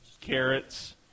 carrots